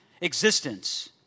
existence